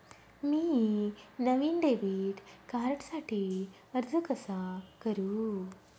मी नवीन डेबिट कार्डसाठी अर्ज कसा करु?